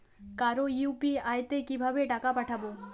কারো ইউ.পি.আই তে কিভাবে টাকা পাঠাবো?